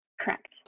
Correct